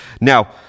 Now